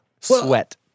sweat